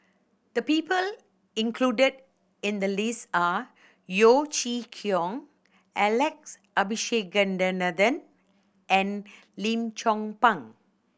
the people included in the list are Yeo Chee Kiong Alex Abisheganaden and Lim Chong Pang